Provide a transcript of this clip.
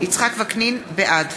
בעד